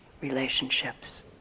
relationships